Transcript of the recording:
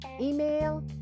email